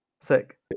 Sick